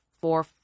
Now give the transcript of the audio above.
four